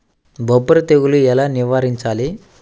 బొబ్బర తెగులు ఎలా నివారించాలి?